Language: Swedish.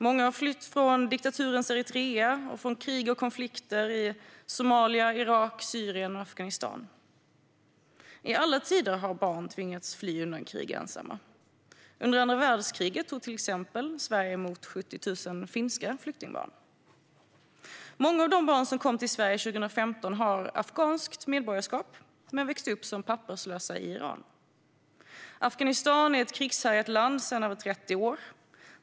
Många hade flytt från diktaturens Eritrea och från krig och konflikter i Somalia, Irak, Syrien och Afghanistan. I alla tider har barn tvingats fly ensamma undan krig - under andra världskriget tog Sverige till exempel emot 70 000 finska flyktingbarn. Många av de barn som kom till Sverige 2015 har afghanskt medborgarskap men har vuxit upp som papperslösa i Iran. Afghanistan är sedan över 30 år ett krigshärjat land.